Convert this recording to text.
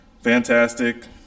fantastic